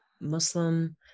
Muslim